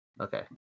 Okay